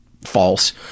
false